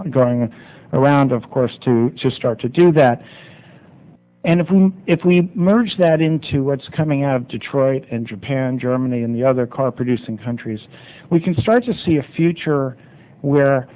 going around of course to start to do that and if we if we merge that into what's coming out of detroit and japan germany and the other car producing countries we can start to see a future where